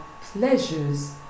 pleasures